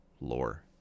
lore